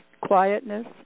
quietness